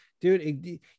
Dude